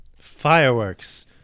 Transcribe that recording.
Fireworks